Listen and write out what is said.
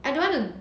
I don't want to